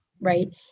right